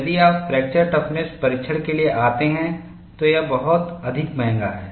यदि आप fracture toughness परीक्षण के लिए आते हैं तो यह बहुत अधिक महंगा है